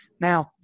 now